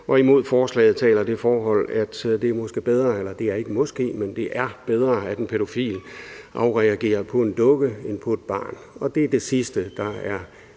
men imod forslaget taler det forhold, at det er bedre, at en pædofil afreagerer på en dukke end på et barn. Og det er det sidste, der er